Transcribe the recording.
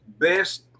best